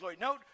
Note